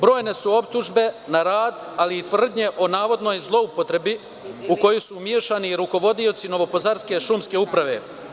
Brojne su optužbe na rad, ali i tvrdnje o navodnoj zloupotrebi u koju su umešani rukovodioci novopazarske šumske uprave.